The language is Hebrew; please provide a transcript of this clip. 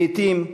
לעתים,